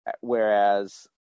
Whereas